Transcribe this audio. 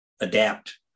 adapt